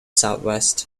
southwest